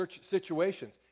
situations